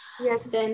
Yes